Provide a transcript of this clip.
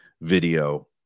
video